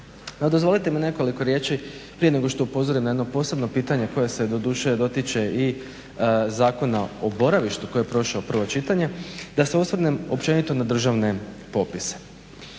Dozvolite mi nekolik riječi prije nego što upozorim na jedno posebno pitanje koje se doduše dotiče i Zakona o boravištu, koji je prošao provo čitanje, da se osvrnem općenito na državne popise.